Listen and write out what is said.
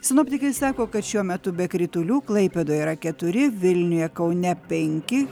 sinoptikai sako kad šiuo metu be kritulių klaipėdoje yra keturi vilniuje kaune penki